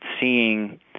seeing